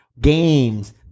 games